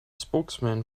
spokesman